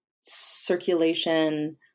circulation